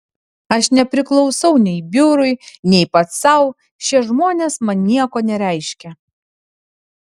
aš nepriklausau nei biurui nei pats sau šie žmonės man nieko nereiškia